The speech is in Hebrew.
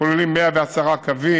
הכוללים 110 קווים.